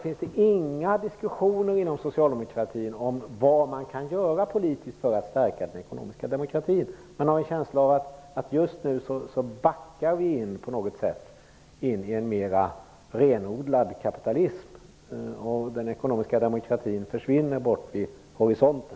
Finns det ingen diskussion inom socialdemokratin om vad man kan göra politiskt för att stärka den ekonomiska demokratin? Man har en känsla av att vi just nu backar in i en mera renodlad kapitalism och den ekonomiska demokratin försvinner bort vid horisonten.